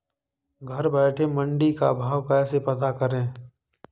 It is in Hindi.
घर बैठे मंडी का भाव कैसे पता करें?